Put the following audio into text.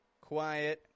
quiet